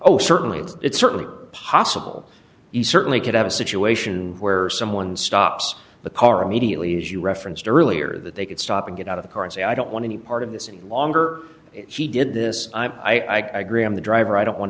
oh certainly it's certainly possible you certainly could have a situation where someone stops the car immediately as you referenced earlier that they could stop and get out of the currency i don't want any part of this in the longer he did this i graeme the driver i don't want